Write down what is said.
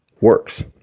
works